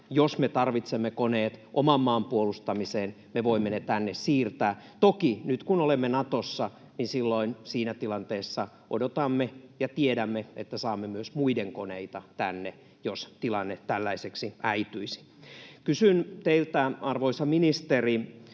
jos me tarvitsemme koneet oman maan puolustamiseen, me voimme ne tänne siirtää. Toki nyt kun olemme Natossa, silloin siinä tilanteessa odotamme ja tiedämme, että saamme myös muiden koneita tänne, jos tilanne tällaiseksi äityisi. Kysyn teiltä, arvoisa ministeri: